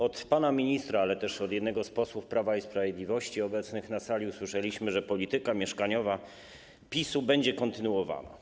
Od pana ministra, ale też od jednego z posłów Prawa i Sprawiedliwości obecnych na sali usłyszeliśmy, że polityka mieszkaniowa PiS będzie kontynuowana.